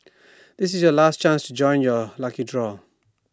this is your last chance to join the lucky draw